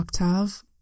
Octave